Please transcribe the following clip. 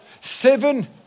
seven